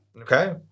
Okay